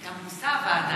גם נושא הוועדה.